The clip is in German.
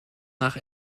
nach